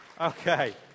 Okay